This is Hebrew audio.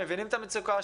מבינים את המצוקה,